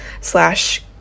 slash